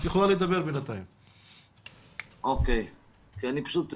כולל נתבים של אינטרנט למשפחות מעוטות יכולות